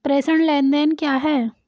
प्रेषण लेनदेन क्या है?